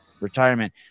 retirement